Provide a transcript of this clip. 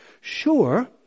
Sure